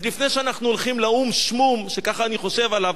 אז לפני שאנחנו הולכים ל"או"ם שמום" שכך אני חושב עליו,